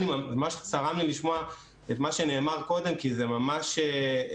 ממש צרם לי לשמוע את מה שנאמר קודם כי זו לא הסיטואציה.